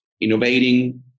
innovating